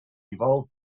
evolved